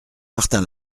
martin